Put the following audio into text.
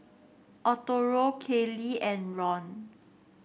Arturo Kaley and Ron